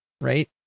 right